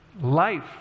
life